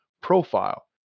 Profile